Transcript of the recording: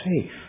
safe